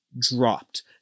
dropped